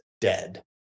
Dead